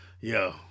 Yo